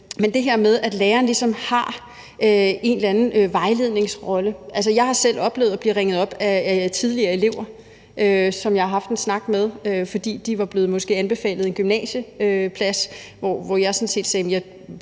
er det her med, at lærerne ligesom har en eller anden vejledningsrolle. Jeg har selv oplevet at blive ringet op af tidligere elever, som jeg har haft en snak med, fordi de måske var blevet anbefalet en gymnasieplads, men hvor jeg sådan